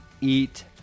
eat